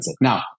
Now